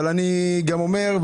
אבל אני גם אומר,